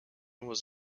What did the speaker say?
was